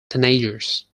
teenagers